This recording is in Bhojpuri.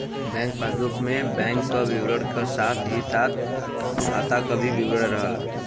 बैंक पासबुक में बैंक क विवरण क साथ ही खाता क भी विवरण रहला